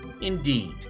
indeed